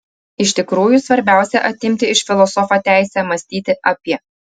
iš tikrųjų svarbiausia atimti iš filosofo teisę mąstyti apie